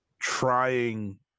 trying